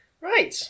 Right